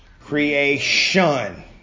creation